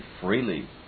freely